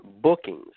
bookings